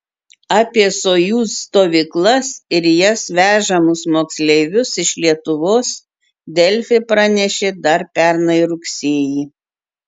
apie sojuz stovyklas ir į jas vežamus moksleivius iš lietuvos delfi pranešė dar pernai rugsėjį